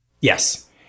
Yes